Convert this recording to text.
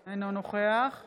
אני לקחתי רק